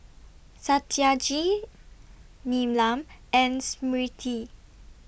Satyajit Neelam and Smriti